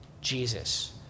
Jesus